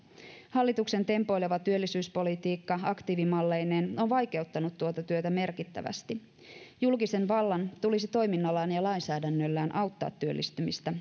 hallituksen tempoileva työllisyyspolitiikka aktiivimalleineen on vaikeuttanut tuota työtä merkittävästi julkisen vallan tulisi toiminnallaan ja lainsäädännöllään auttaa työllistymistä